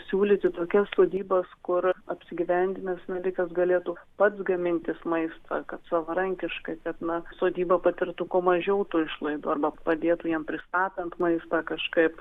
siūlyti tokias sodybas kur apsigyvendinęs medikas galėtų pats gamintis maistą kad savarankiškai kad na sodyba patirtų kuo mažiau tų išlaidų arba padėtų jam pristatant maistą kažkaip